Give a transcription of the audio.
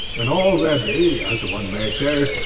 and already, as one may say,